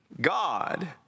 God